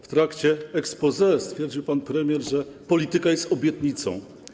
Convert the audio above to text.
W trakcie exposé stwierdził pan premier, że polityka jest obietnicą.